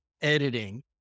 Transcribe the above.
editing